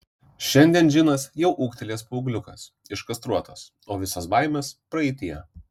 šiandien džinas jau ūgtelėjęs paaugliukas iškastruotas o visos baimės praeityje